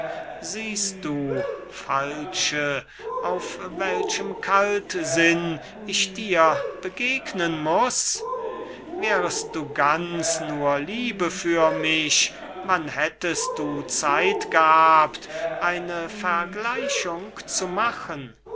siehst du falsche auf welchem kaltsinn ich dir begegnen muß wärest du ganz nur liebe für mich wann hättest du zeit gehabt eine vergleichung zu machen